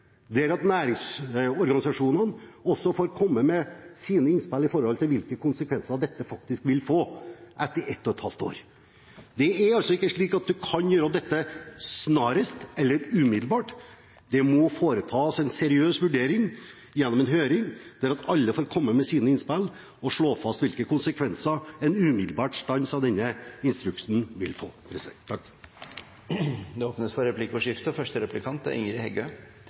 der næringsorganisasjonene også får komme med sine innspill til hvilke konsekvenser dette faktisk vil få etter ett og et halvt år. Det er altså ikke slik at man kan gjøre dette snarest eller umiddelbart, det må foretas en seriøs vurdering gjennom en høring, der alle får komme med sine innspill, og det slås fast hvilke konsekvenser en umiddelbar stans av denne instruksen vil få. Det blir replikkordskifte. Intensjonen med å kunna driva i to produksjonssoner har inntil no vore eit instrument for